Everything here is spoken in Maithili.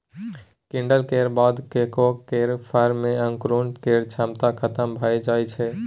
किण्वन केर बाद कोकोआ केर फर मे अंकुरण केर क्षमता खतम भए जाइ छै